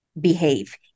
Behave